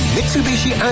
Mitsubishi